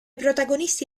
protagonisti